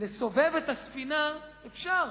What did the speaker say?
לסובב את הספינה אפשר.